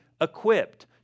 equipped